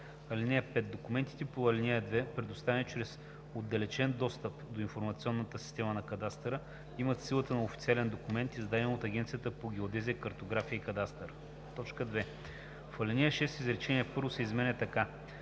„(5) Документите по ал. 2, предоставени чрез отдалечен достъп до информационната система на кадастъра, имат силата на официален документ, издаден от Агенцията по геодезия, картография и кадастър.“ 2. В ал. 6 изречение първо се изменя така: